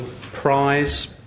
Prize